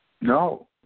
No